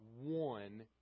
one